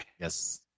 Yes